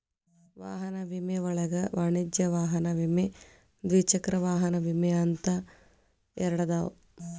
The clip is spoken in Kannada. ವಾಹನ ವಿಮೆ ಒಳಗ ವಾಣಿಜ್ಯ ವಾಹನ ವಿಮೆ ದ್ವಿಚಕ್ರ ವಾಹನ ವಿಮೆ ಅಂತ ಎರಡದಾವ